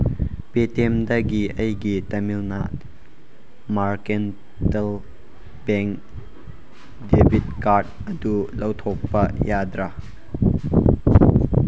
ꯑꯦ ꯇꯤ ꯑꯦꯝꯗꯒꯤ ꯑꯩꯒꯤ Tamilnad Mercantile Bank debit card ꯑꯗꯨ ꯂꯧꯊꯣꯛꯄ ꯌꯥꯗ꯭ꯔꯥ